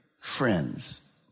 friends